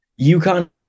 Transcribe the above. UConn